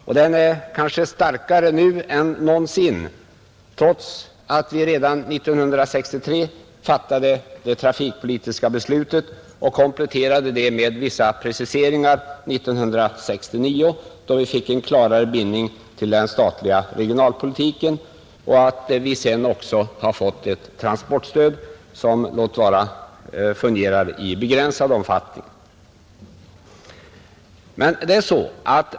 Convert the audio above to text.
Debatten är kanske starkare nu än någonsin, trots att vi redan 1963 fattade det trafikpolitiska beslutet och kompletterade det med vissa preciseringar 1969, då vi fick en klarare bindning till den statliga regionalpolitiken. Vidare har vi fått ett transportstöd, låt vara att det fungerar bara i begränsad omfattning.